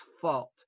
fault